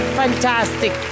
fantastic